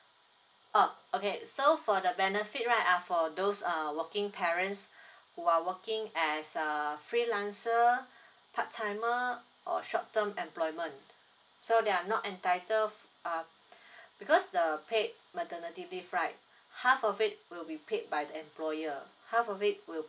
oh okay so for the benefit right uh for those uh working parents who are working as a freelancer part timer or short term employment so they are not entitled for uh because the paid maternity leave right half of it will be paid by the employer half of it will